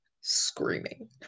screaming